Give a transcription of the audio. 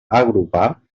agrupar